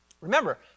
Remember